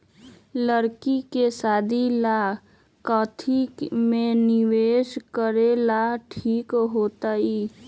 लड़की के शादी ला काथी में निवेस करेला ठीक होतई?